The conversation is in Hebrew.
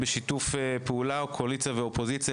שיתוף פעולה בין קואליציה ואופוזיציה,